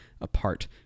apart